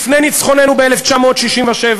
לפני ניצחוננו ב-1967,